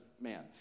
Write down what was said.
man